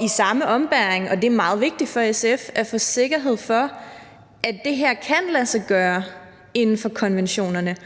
i samme ombæring, og det er meget vigtigt for SF, at få sikkerhed for, at det her kan lade sig gøre inden for konventionerne,